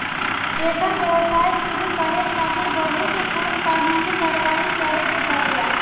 एकर व्यवसाय शुरू करे खातिर बहुत कुल कानूनी कारवाही करे के पड़ेला